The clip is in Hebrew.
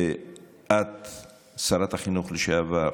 שאת, שרת החינוך לשעבר,